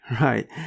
right